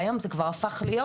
והיום זה כבר הפך להיות